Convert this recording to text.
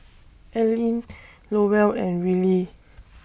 Alleen Lowell and Rillie